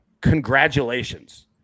Congratulations